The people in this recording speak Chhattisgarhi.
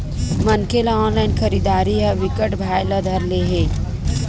मनखे ल ऑनलाइन खरीदरारी ह बिकट भाए ल धर ले हे